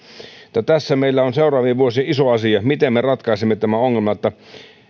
tässä meillä on seuraavien vuosien iso asia miten me ratkaisemme tämän ongelman että